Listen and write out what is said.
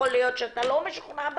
יכול להיות שאתה לא משוכנע בה.